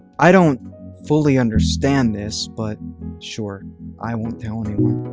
i don't fully understand this, but sure i won't tell anyone.